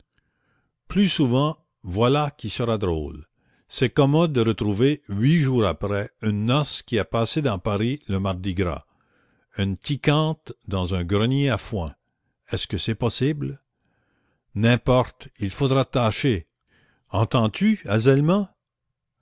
plus souvent voilà qui sera drôle c'est commode de retrouver huit jours après une noce qui a passé dans paris le mardi gras une tiquante dans un grenier à foin est-ce que c'est possible n'importe il faudra tâcher entends-tu azelma